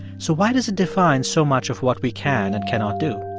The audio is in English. so why does it define so much of what we can and cannot do?